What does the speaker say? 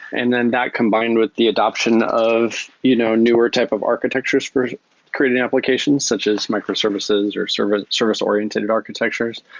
and then that combined with the adaption of you know newer type of architectures for creating applications such as microservices or sort of ah service-oriented architectures.